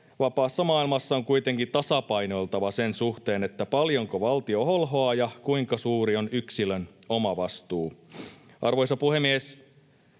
vapaassa maailmassa on kuitenkin tasapainoiltava sen suhteen, paljonko valtio holhoaa ja kuinka suuri on yksilön oma vastuu. Arvoisa puhemies!